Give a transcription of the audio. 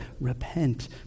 repent